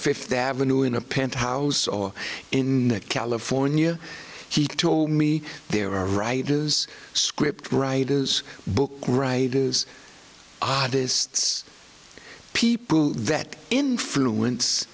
fifth avenue in a penthouse or in california he told me there are writers script writers book writers artists people that influence